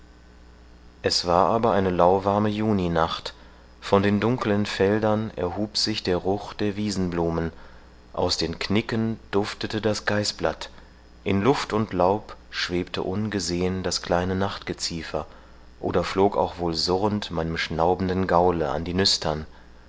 es war aber eine lauwarme juninacht von den dunkelen feldern erhub sich der ruch der wiesenblumen aus den knicken duftete das geißblatt in luft und laub schwebete ungesehen das kleine nachtgeziefer oder flog auch wohl surrend meinem schnaubenden gaule an die nüstern